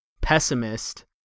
pessimist